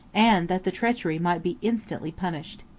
and that the treachery might be instantly punished.